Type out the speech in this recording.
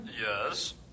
Yes